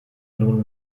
nun